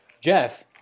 Jeff